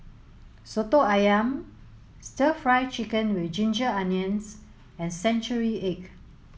Soto Ayam stir fry chicken with ginger onions and century egg